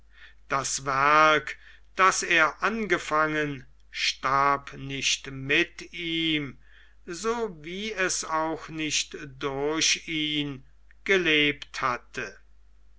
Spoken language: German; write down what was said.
das werk das er angefangen starb nicht mit ihm so wie es auch nicht durch ihn gelebt hatte